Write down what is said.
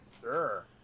Sure